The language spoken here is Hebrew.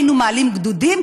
היינו מעלים גדודים.